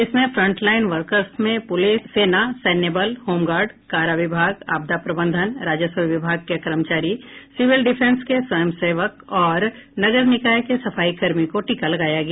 इसमें front line workers में police सेना सैन्य बल होमगार्ड कारा विभाग आपदा प्रबंधन राजस्व विभाग के कर्मचारी सिविल डिफेंस के स्वयंसेवक और नगर निकाय के सफाई कर्मी को टीका लगाया गया